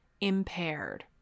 impaired